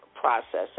processing